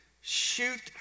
Shoot